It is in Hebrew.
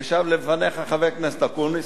ישב לפניך חבר הכנסת אקוניס,